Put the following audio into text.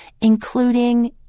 including